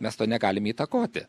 mes to negalim įtakoti